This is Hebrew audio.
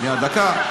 שנייה, דקה.